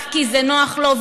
רק כי זה נוח לו,